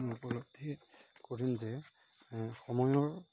উপলব্ধি কৰিম যে সময়ৰ